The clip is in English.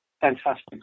fantastic